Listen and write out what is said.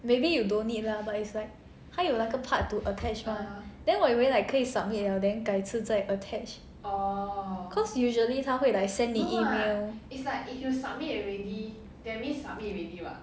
maybe you don't need lah but it's like 它有那个 part to attach mah then 我以为 like 可以 submit 了 then 改次再 attach cause usually 它会 like send 你 email